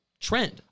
trend